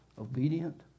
Obedient